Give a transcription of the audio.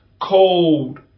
cold